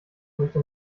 möchte